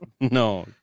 no